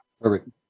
Perfect